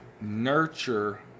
nurture